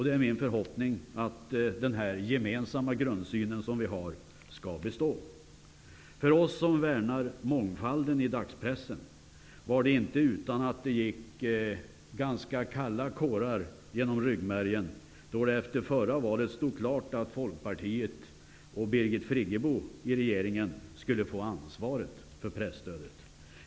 Det är min förhoppning att den gemensamma grundsyn som vi har skall bestå. För oss som värnar mångfalden i dagspressen var det inte utan att det gick ganska kalla kårar genom ryggmärgen när det efter förra valet stod klart att Folkpartiet och Birgit Friggebo i regeringen skulle få ansvaret för presstödet.